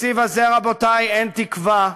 בתקציב הזה, רבותי, אין תקווה.